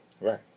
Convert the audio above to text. Right